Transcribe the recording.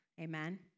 amen